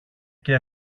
και